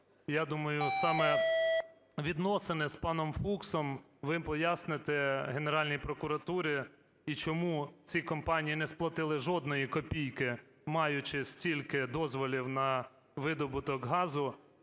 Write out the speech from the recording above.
Я думаю, саме відносини з паном Фуксом ви поясните Генеральній прокуратурі, і чому ці компанії не сплатили жодної копійки, маючи стільки дозволів на видобуток газу.